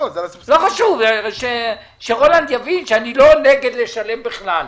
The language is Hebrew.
לא חשוב, שרולנד יבין שאני לא נגד לשלם בכלל.